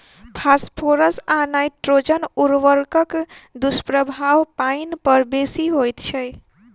phosphorus आ nitrogen उर्वरकक दुष्प्रभाव पाइन पर बेसी होइत छै